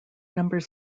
numbers